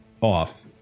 off